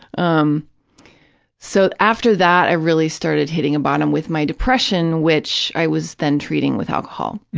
um so, after that, i really started hitting a bottom with my depression, which i was then treating with alcohol.